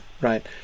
right